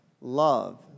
love